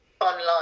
online